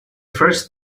first